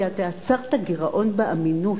כי אתה יצרת גירעון באמינות,